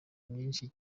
myinshi